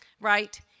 right